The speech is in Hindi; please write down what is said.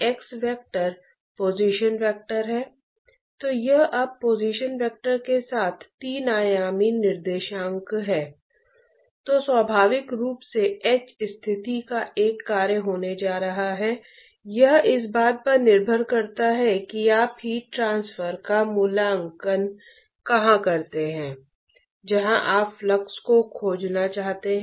अब हम यह देखने जा रहे हैं कि इस मात्रा का अनुमान कैसे लगाया जाए जिसे हीट ट्रांसपोर्ट गुणांक कहते हैं